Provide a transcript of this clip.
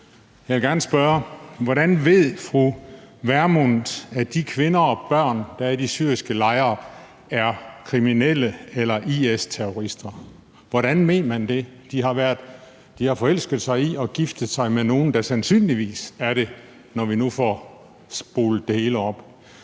Jeg vil gerne spørge, hvordan fru Pernille Vermund ved, at de kvinder og børn, der er i de syriske lejre, er kriminelle eller IS-terrorister. Hvordan ved man det? De har forelsket sig i og giftet sig med nogen, der sandsynligvis er det, når nu vi får spolet det hele op.